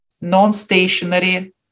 non-stationary